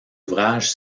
ouvrages